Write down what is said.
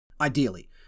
Ideally